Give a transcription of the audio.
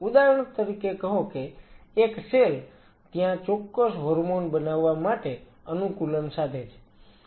ઉદાહરણ તરીકે કહો કે એક સેલ ત્યાં ચોક્કસ હોર્મોન બનાવવા માટે અનુકૂલન સાધે છે